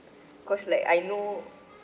cause like I know